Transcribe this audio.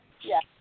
yes